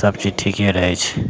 सबचीज ठिके रहै छै